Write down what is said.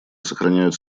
сохраняют